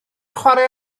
chwarae